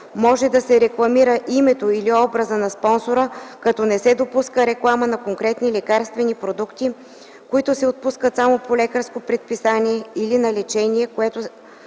може да се рекламира името или образът на спонсора, като не се допуска реклама на конкретни лекарствени продукти, които се отпускат само по лекарско предписание, или на лечение, което